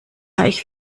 ich